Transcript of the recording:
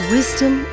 Wisdom